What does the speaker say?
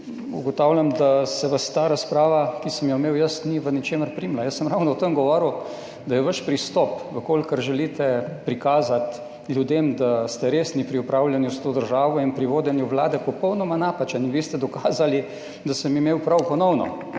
ugotavljam, da se vas ta razprava, ki sem jo imel jaz, ni v ničemer prijela. Jaz sem ravno o tem govoril, da je vaš pristop, če želite prikazati ljudem, da ste resni pri upravljanju s to državo in pri vodenju vlade, popolnoma napačen. In vi ste dokazali, da sem imel prav ponovno.